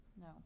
No